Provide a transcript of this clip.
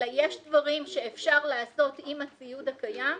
אלא יש דברים שאפשר לעשות עם הציוד הקיים,